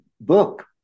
book